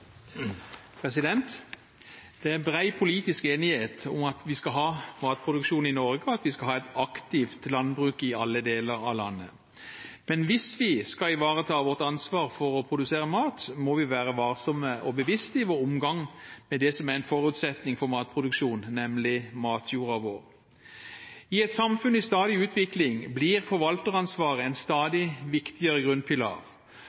Det er bred politisk enighet om at vi skal ha matproduksjon i Norge, og at vi skal ha et aktivt landbruk i alle deler av landet. Men hvis vi skal ivareta vårt ansvar for å produsere mat, må vi være varsomme og bevisste i vår omgang med det som er en forutsetning for matproduksjon, nemlig matjorda vår. I et samfunn i stadig utvikling blir forvalteransvaret en stadig viktigere grunnpilar,